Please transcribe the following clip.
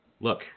look